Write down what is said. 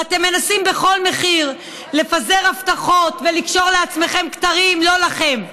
ואתם מנסים בכל מחיר לפזר הבטחות ולקשור לעצמכם כתרים לא לכם.